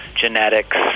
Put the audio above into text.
genetics